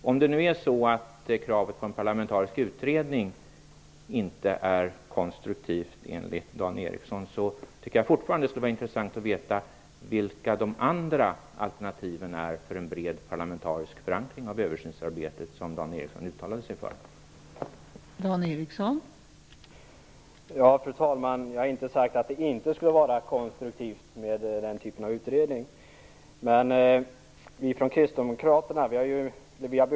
Dan Ericsson inte är konstruktivt tycker jag fortfarande att det skulle vara intressant att veta vilka de andra alternativen för en bred parlamentarisk förankring av översynsarbetet, som Dan Ericsson uttalade sig för, är.